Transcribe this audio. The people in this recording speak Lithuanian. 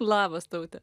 labas taute